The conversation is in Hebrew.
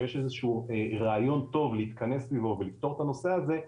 שיש איזשהו רעיון טוב להתכנס סביבו ולפתור את הנושא הזה,